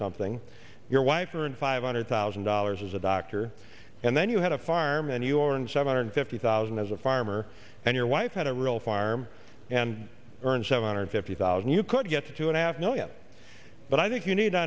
something your wife or and five hundred thousand dollars as a doctor and then you had a farm and your and seven hundred fifty thousand as a farmer and your wife had a real farm and earn seven hundred fifty thousand you could get two and a half million but i think you need to